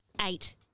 eight